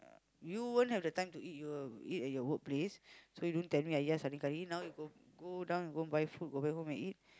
you won't have the time to eat you will eat at your workplace so you don't tell me I just now you go go down and go buy food go back home and eat